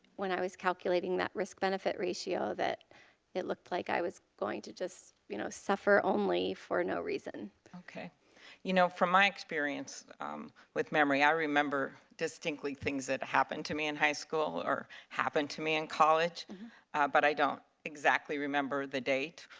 when i was calculating that risk-benefit ratio, that it looked like i was going to you know suffer only for no reason. you know from my experience with memory, i remember distinctly things that happened to me in high school or happened to me in college but i don't exactly remember the dates.